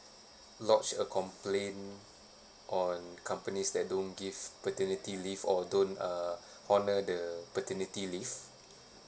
lodge a complaint on companies that don't give paternity leave or don't uh honour the paternity leave